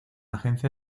agencia